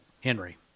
Henry